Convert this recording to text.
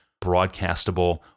broadcastable